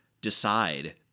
decide